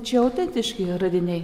čia autentiški radiniai